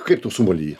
kaip tu sumali jį